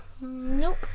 Nope